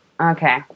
Okay